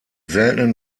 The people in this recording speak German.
seltenen